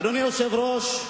אדוני היושב-ראש,